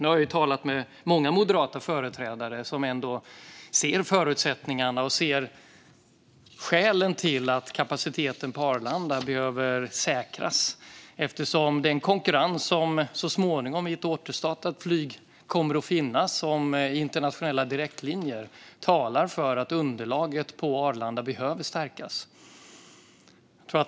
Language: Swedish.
Jag har dock talat med många moderata företrädare som ändå ser förutsättningarna och ser skälen till att kapaciteten på Arlanda behöver säkras. Den konkurrens om internationella direktlinjer som så småningom, i ett återstartat flyg, kommer att finnas talar för att underlaget på Arlanda behöver stärkas.